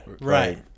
Right